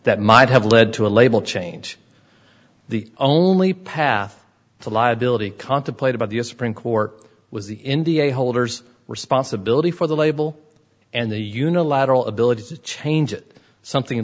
that might have led to a label change the only path to liability contemplated by the u s supreme court was the india holder's responsibility for the label and the unilateral ability to change it something